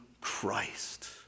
christ